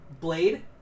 Blade